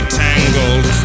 tangled